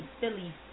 Philly